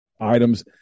items